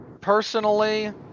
personally